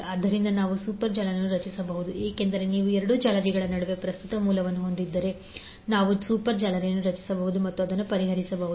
ಆದ್ದರಿಂದ ನಾವು ಸೂಪರ್ ಜಾಲರಿಯನ್ನು ರಚಿಸಬಹುದು ಏಕೆಂದರೆ ನೀವು 2 ಜಾಲರಿಗಳ ನಡುವೆ ಪ್ರಸ್ತುತ ಮೂಲವನ್ನು ಹೊಂದಿದ್ದರೆ ನಾವು ಸೂಪರ್ ಜಾಲರಿಯನ್ನು ರಚಿಸಬಹುದು ಮತ್ತು ಅದನ್ನು ಪರಿಹರಿಸಬಹುದು